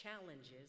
challenges